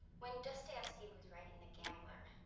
when dostoyevsky was writing the gambler,